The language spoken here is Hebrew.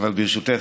אבל ברשותך,